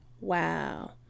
Wow